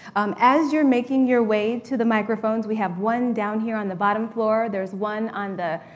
um as you're making your way to the microphones, we have one down here on the bottom floor, there's one on the,